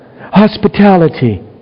hospitality